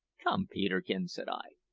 come, peterkin, said i,